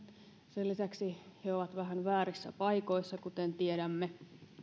sen lisäksi he ovat vähän väärissä paikoissa kuten tiedämme